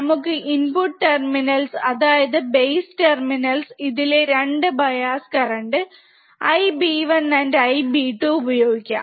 നമ്മുടെ input terminals അതായത് base terminals ഇതിലേ രണ്ട് bias current IB1 and IB2 ഉപയോഗികാം